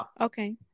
Okay